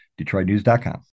DetroitNews.com